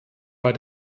bei